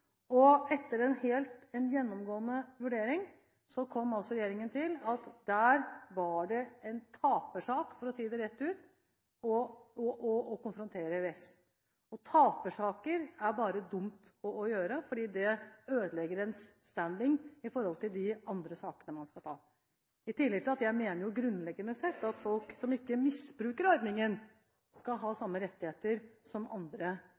og etter en gjennomgående vurdering kom regjeringen til at der var det en tapersak, for å si det rett ut, å konfrontere EØS. Og tapersaker er bare dumt å ta opp, for det ødelegger en «standing» i forhold til de andre sakene man skal ta opp. I tillegg mener jeg grunnleggende sett at folk som ikke misbruker ordningen, skal ha samme rettigheter som andre